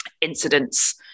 incidents